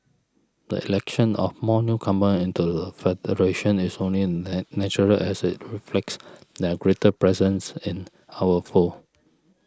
the election of more newcomers into the federation is only natural as it reflects their greater presence in our fold